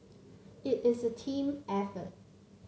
it is a team effort